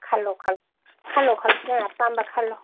ꯈꯜꯂꯣ ꯈꯜꯂꯣ ꯈꯜꯂꯣ ꯈꯜꯂꯣ ꯅꯣꯏ ꯑꯄꯥꯝꯕ ꯈꯜꯂꯣ